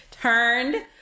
turned